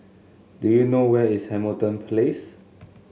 do you know where is Hamilton Place